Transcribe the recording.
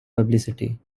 publicity